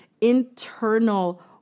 internal